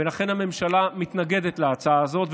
ולכן הממשלה מתנגדת להצעה הזאת,